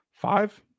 five